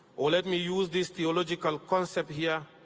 ah let me use this theological concept here,